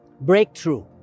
breakthrough